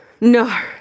No